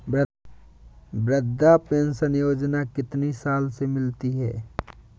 वृद्धा पेंशन योजना कितनी साल से मिलती है?